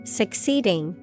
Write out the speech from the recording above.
succeeding